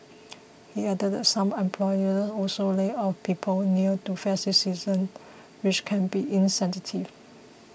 he added that some employers also lay off people near to festive seasons which can be insensitive